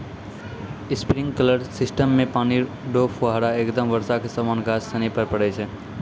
sprinkler system मे पानी रो फुहारा एकदम बर्षा के समान गाछ सनि पर पड़ै छै